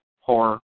horror